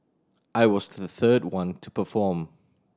I was the third one to perform